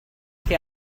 che